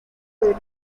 del